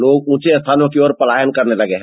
लोग ऊंचे स्थानों की ओर पलायन करने लगे हैं